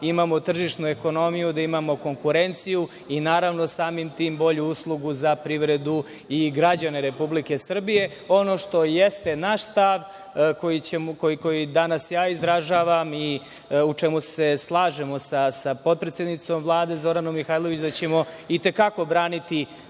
da imamo tržišnu ekonomiju, da imamo konkurenciju i naravno samim tim i bolju uslugu za privredu i građane RS. Ono što jeste naš stav koji danas ja izražavam i u čemu se slažemo na potpredsednicom Vlade Zoranom Mihajlović da ćemo itekako braniti